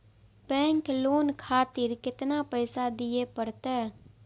Bank loan खातीर केतना पैसा दीये परतें?